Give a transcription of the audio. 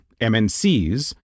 MNCs